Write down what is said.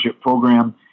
program